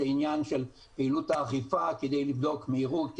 עניין של פעילות האכיפה כדי לבדוק מהירות,